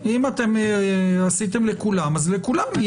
אם אתם עשיתם לכולם אז לכולם.